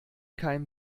kein